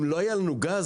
אם לא היה לנו גז,